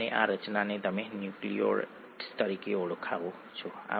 ATP તમે સાંભળ્યું હશે ખરું ને